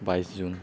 বাইছ জুন